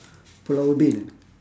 pulau ubin